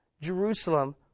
Jerusalem